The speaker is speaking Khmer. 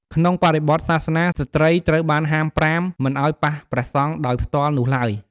ក្នុងបរិបទសាសនា ស្ត្រីត្រូវបានហាមប្រាមមិនឱ្យប៉ះព្រះសង្ឃដោយផ្ទាល់នោះឡើយ។